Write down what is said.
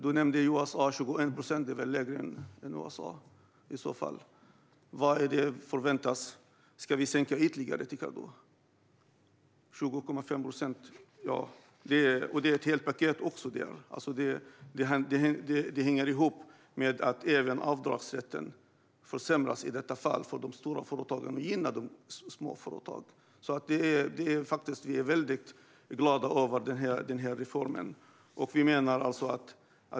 Du nämnde USA, som har 21 procent. Detta är alltså lägre än i USA. Vad är det som förväntas? Tycker du att vi ska sänka den ytterligare? Detta handlar alltså om ett helt paket. Det hänger ihop med att avdragsrätten försämras i detta fall för de stora företagen, vilket gynnar de små företagen. Vi är mycket glada över denna reform.